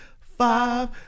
five